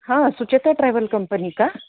हां Sucheta travel company का